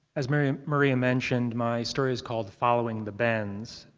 as maria maria mentioned, my story is called following the bends.